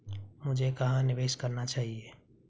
मुझे कहां निवेश करना चाहिए?